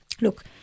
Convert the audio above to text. Look